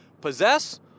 possess